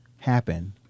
happen